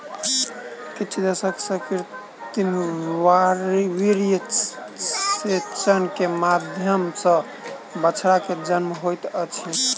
किछ दशक सॅ कृत्रिम वीर्यसेचन के माध्यम सॅ बछड़ा के जन्म होइत अछि